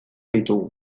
ditugu